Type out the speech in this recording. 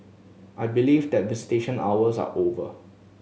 I believe that visitation hours are over